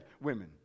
women